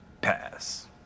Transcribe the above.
Pass